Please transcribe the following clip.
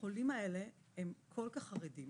החולים האלה הם כל כך חרדים